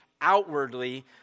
outwardly